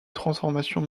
transformations